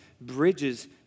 bridges